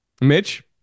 Mitch